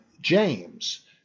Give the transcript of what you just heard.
James